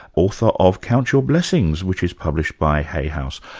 author of count your blessings, which is published by hay house.